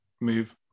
move